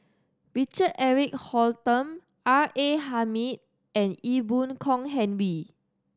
Richard Eric Holttum R A Hamid and Ee Boon Kong Henry